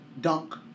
Dunk